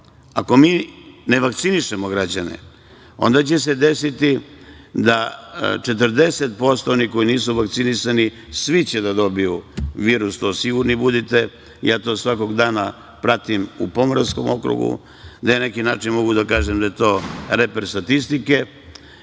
mi ne vakcinišemo građane onda će se desiti da, 40% onih koji nisu vakcinisani svi će da dobiju virus, to budite sigurni, ja to svakog dana pratim u Pomoravskom okrugu, na neki način mogu da kažem da je to reper statistike.